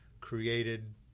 created